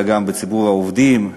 אלא גם בציבור העובדים,